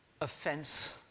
offense